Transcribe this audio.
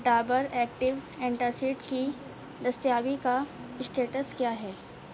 Dabur active antacid کی دستیابی کا اسٹیٹس کیا ہے